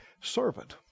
servant